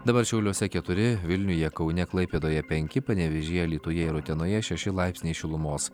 dabar šiauliuose keturi vilniuje kaune klaipėdoje penki panevėžyje alytuje ir utenoje šeši laipsniai šilumos